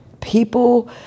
people